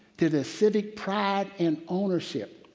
to their civic pride and ownership